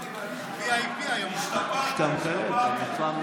תגיד רק תודה רבה.